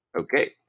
Okay